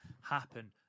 happen